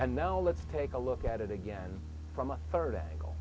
and now let's take a look at it again from a third angle